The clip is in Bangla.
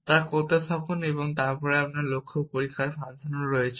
তা করতে থাকুন এবং তারপরে আমাদের লক্ষ্য পরীক্ষার ফাংশনও রয়েছে